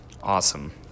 awesome